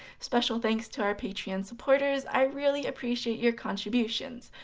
special thanks to our patreon supporters, i really appreciate your contributions.